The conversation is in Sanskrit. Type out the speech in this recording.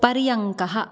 पर्यङ्कः